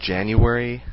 January